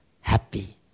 happy